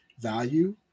value